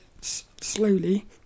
slowly